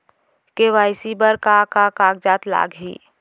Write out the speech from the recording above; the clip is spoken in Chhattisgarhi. के.वाई.सी बर का का कागज लागही?